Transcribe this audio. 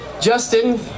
Justin